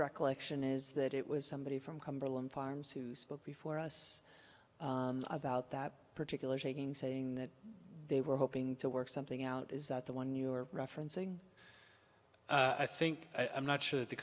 recollection is that it was somebody from cumberland farms who spoke before us about that particular shaking saying that they were hoping to work something out is that the one you were referencing i think i'm not sure